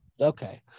Okay